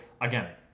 again